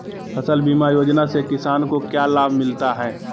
फसल बीमा योजना से किसान को क्या लाभ मिलता है?